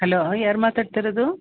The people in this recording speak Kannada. ಹಲೋ ಯಾರು ಮಾತಾಡ್ತಿರೋದು